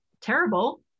terrible